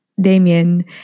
Damien